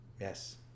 Yes